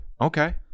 Okay